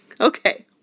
Okay